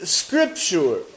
scripture